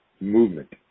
movement